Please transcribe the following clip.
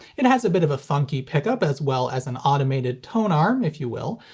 it has a bit of a funky pickup, as well as an automated tonearm if you will,